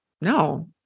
no